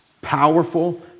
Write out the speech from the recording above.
powerful